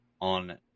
on